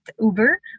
Uber